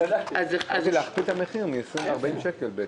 שמעתי שהולכים להכפיל את המחיר מ-20 ל-40 שקלים.